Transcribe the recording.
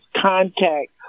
contact